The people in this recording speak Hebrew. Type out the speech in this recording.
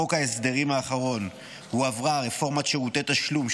בחוק ההסדרים האחרון הועברה רפורמת שירותי תשלום,